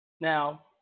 Now